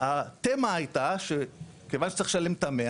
התמה הייתה שכיוון שצריך לשלם את ה-100